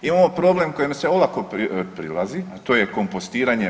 Imamo problem kojim se olako prilazi, a to je kompostiranje.